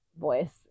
voice